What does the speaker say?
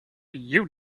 you